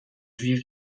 juif